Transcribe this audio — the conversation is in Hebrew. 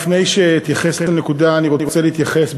לפני שאתייחס לנקודה אני רוצה להתייחס,